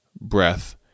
breath